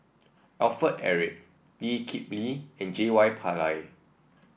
Alfred Eric Lee Kip Lee and J Y Pillay